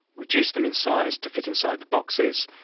reduce them in size to fit inside the boxes,